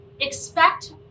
expect